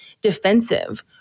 defensive